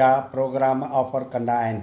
जा programme offer कंदा आहिनि